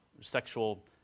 sexual